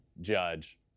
Judge